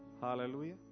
Hallelujah